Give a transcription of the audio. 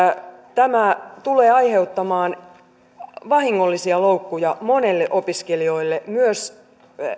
tämä tulee aiheuttamaan vahingollisia loukkuja monille opiskelijoille myös